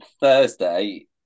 Thursday